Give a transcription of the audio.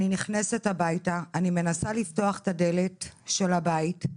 אני נכנסת הביתה, אני מנסה לפתוח את הדלת של הבית,